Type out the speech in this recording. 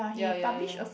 ya ya ya